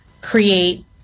create